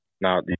Now